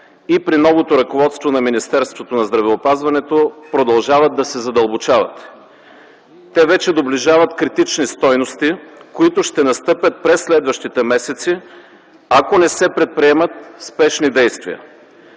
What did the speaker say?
и при новото ръководство на Министерството на здравеопазването продължават да се задълбочават. Те вече доближават критични стойности, които ще настъпят през следващите месеци, ако не се предприемат спешни действия.